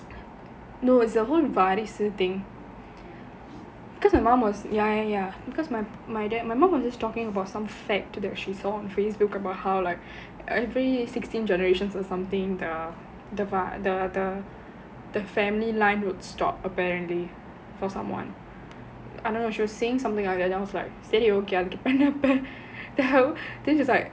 no it's a whole வாரிசு:vaarisu thing because my mom was ya ya because my my dad my mum was just talking about some fact that she saw on Facebook about how like every sixteen generations or something there are the bar the other the family line would stop apparently for someone I don't know she was saying something along the line what the hell this is like